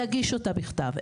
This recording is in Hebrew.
אין בעיה, נגיש אותה בכתב.